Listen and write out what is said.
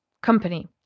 company